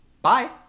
Bye